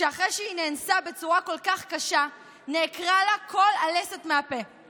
שאחרי שהיא נאנסה בצורה כל כך קשה נעקרה לה כל הלסת מהפה,